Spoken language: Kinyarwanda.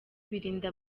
birinda